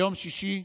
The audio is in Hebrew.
ביום שישי,